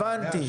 הבנתי.